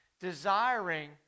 desiring